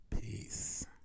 Peace